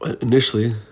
initially